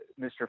mr